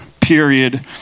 period